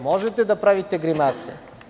Možete da pravite grimase.